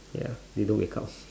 ya they don't wake up